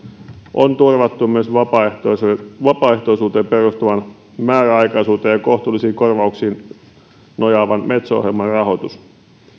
on turvattu myös vapaaehtoisuuteen vapaaehtoisuuteen perustuvan määräaikaisuuteen ja kohtuullisiin korvauksiin nojaavan metso ohjelman rahoitus